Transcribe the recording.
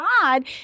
God